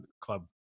club